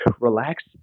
relax